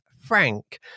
Frank